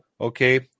Okay